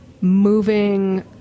moving